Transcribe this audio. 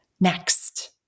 next